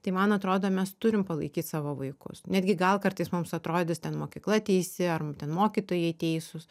tai man atrodo mes turim palaikyt savo vaikus netgi gal kartais mums atrodys ten mokykla teisi ar ten mokytojai teisūs